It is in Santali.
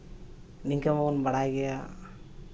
ᱱᱤᱝᱠᱟᱹᱢᱟᱵᱚᱱ ᱵᱟᱲᱟᱭ ᱜᱮᱭᱟ